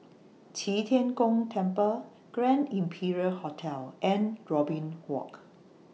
Qi Tian Gong Temple Grand Imperial Hotel and Robin Walk